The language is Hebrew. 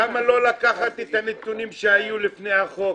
למה לא לקחת את הנתונים שהיו לפני החוק,